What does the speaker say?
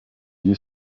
you